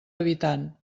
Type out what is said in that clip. habitant